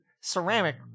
ceramic